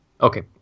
Okay